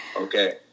okay